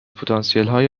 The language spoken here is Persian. پتانسیلهای